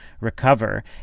recover